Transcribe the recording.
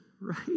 right